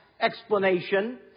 explanation